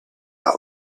out